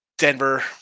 Denver